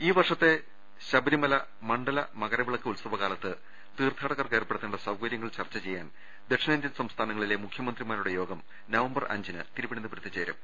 ഈ വർഷത്തെ ശബരിമല മണ്ഡല മക്രവിളക്ക് ഉത്സവകാ ലത്ത് തീർത്ഥാടകർക്ക് ഏർപ്പെടുത്തേണ്ട് സൌകര്യങ്ങൾ ചർച്ച ചെയ്യാൻ ദക്ഷിണേന്ത്യൻ സംസ്ഥാനങ്ങളിലെ മുഖ്യമന്ത്രിമാരുടെ യോഗം നവംബർ അഞ്ചിന് തിരുവനന്തപുരത്ത് ചേരും